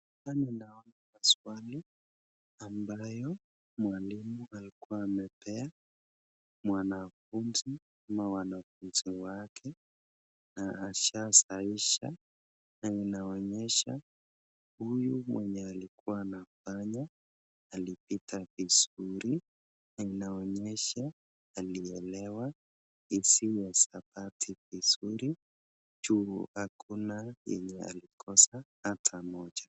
hapa ninaona maswali ambayo mwalimu alikuwa amepea mwanafunzi ama wanafunzi wake na ashasahihisha na inaonyesha huyu mwenye alikuwa anafanya alipita vizuri na inaonyesha alielewa jinsi hisabati inafanywa vizuri juu hakuna yenye alikosa hata moja